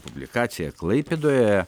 publikacija klaipėdoje